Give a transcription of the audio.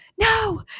no